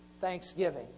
thanksgiving